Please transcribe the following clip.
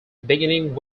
beginning